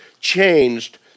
changed